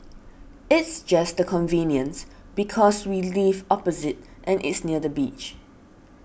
it's just the convenience because we live opposite and it's near the beach